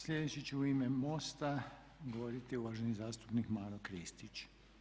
Slijedeći će u ime MOST-a govoriti uvaženi zastupnik Maro Kristić.